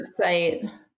website